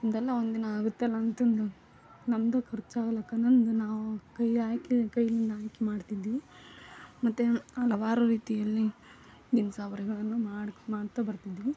ಒಂದಲ್ಲ ಒಂದಿನ ಆಗುತ್ತಲ್ಲ ಅಂತ ಅಂದು ನಮ್ಮದು ಖರ್ಚಾಗ್ಲಿಕ್ಕೇನೆ ಒಂದು ನಾವು ಕೈ ಹಾಕಿ ಕೈಯ್ಯಿಂದಾಕಿ ಮಾಡ್ತಿದ್ವಿ ಮತ್ತು ಹಲವಾರು ರೀತಿಯಲ್ಲಿ ದಿನಸಾವರಿಗಳನ್ನು ಮಾಡಿ ಮಾಡ್ತಾ ಬರ್ತಿದ್ದವು